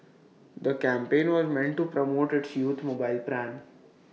the campaign was meant to promote its youth mobile plan